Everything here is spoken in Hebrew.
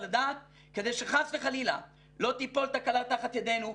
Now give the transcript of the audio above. הדעת כדי שחס וחלילה לא תיפול תקלה תחת ידנו,